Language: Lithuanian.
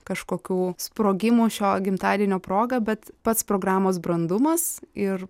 kažkokių sprogimų šio gimtadienio proga bet pats programos brandumas ir